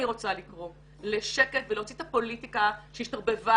רוצה לקרוא לשקט ולהוציא את הפוליטיקה שהשתרבבה.